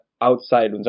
outside